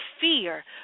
fear